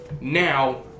now